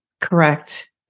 Correct